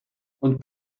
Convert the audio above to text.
und